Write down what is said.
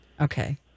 Okay